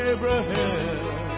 Abraham